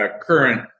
current